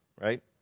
right